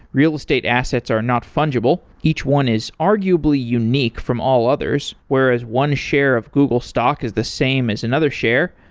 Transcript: real estate assets are not fungible. each one is arguably unique from all others, whereas on share of google stock is the same as another share,